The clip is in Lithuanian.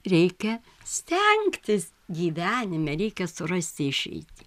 reikia stengtis gyvenime reikia surasti išeitį